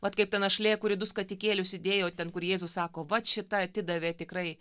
vat kaip ta našlė kuri du skatikėlius įdėjo ten kur jėzus sako vat šita atidavė tikrai